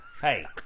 hey